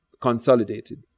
consolidated